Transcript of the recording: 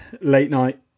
late-night